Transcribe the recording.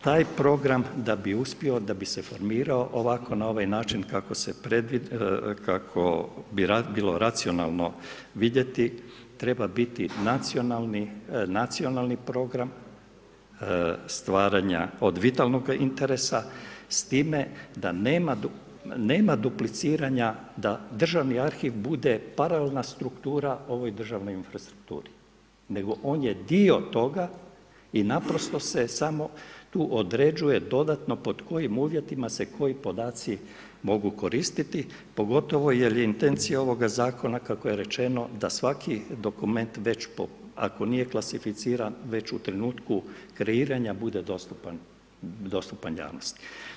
Taj program da bi uspio, da bi se formirao ovako na ovaj način kako bi bilo racionalno vidjeti treba biti nacionalni program stvaranja od vitalnoga interesa s time da nema dupliciranja da Državni arhiv bude paralelna struktura ovoj državnoj infrastrukturi, nego on je dio toga i naprosto se samo određuje pod kojim uvjetima se koji podaci mogu koristiti pogotovo jer je intencija ovoga zakona kako je rečeno da svaki dokument već ako nije klasificiran već u trenutku kreiranja bude dostupan javnosti.